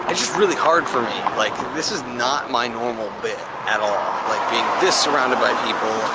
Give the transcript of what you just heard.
and just really hard for me. like this is not my normal bit at all. like being this surrounded by people